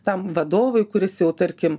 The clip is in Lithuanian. tam vadovui kuris jau tarkim